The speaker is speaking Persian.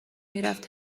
میرفت